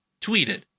tweeted